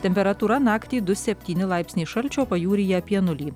temperatūra naktį du septyni laipsniai šalčio pajūryje apie nulį